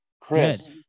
Chris